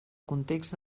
context